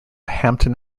hampton